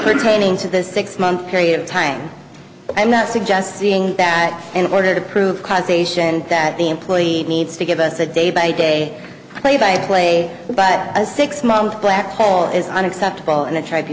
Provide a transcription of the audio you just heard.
pertaining to the six month period of time i'm not suggesting that in order to prove causation that the employee needs to give us a day by day play by play but a six month black hole is unacceptable and the tri